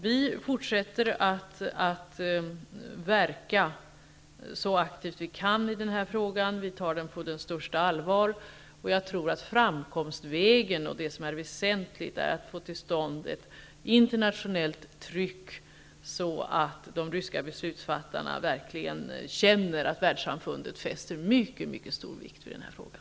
Vi fortsätter att verka så aktivt vi kan i den här frågan. Vi tar den på det största allvar. Jag tror att det som är väsentligt är att få till stånd ett internationellt tryck så att de ryska beslutsfattarna verkligen känner att världssamfundet fäster mycket stor vikt vid den här frågan.